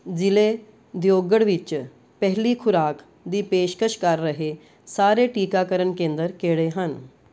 ਜ਼ਿਲੇ ਦਿਓਘੜ ਵਿੱਚ ਪਹਿਲੀ ਖੁਰਾਕ ਦੀ ਪੇਸ਼ਕਸ਼ ਕਰ ਰਹੇ ਸਾਰੇ ਟੀਕਾਕਰਨ ਕੇਂਦਰ ਕਿਹੜੇ ਹਨ